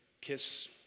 kiss